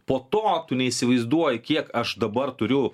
po to tu neįsivaizduoji kiek aš dabar turiu